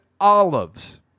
olives